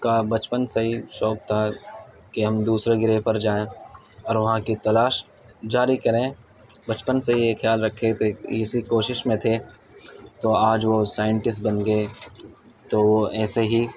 کا بچپن سے ہی شوق تھا کہ ہم دوسرے گرہ پر جائیں اور وہاں کی تلاش جاری کریں پچپن سے یہ خیال رکھے تھے اسی کوشش میں تھے تو آج وہ سائنٹسٹ بن گئے تو وہ ایسے ہی